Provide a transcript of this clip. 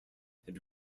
had